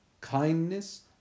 kindness